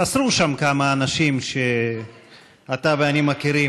חסרו שם אנשים שאתה ואני מכירים,